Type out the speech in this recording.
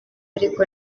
ariko